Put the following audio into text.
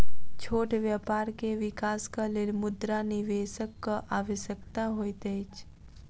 छोट व्यापार के विकासक लेल मुद्रा निवेशकक आवश्यकता होइत अछि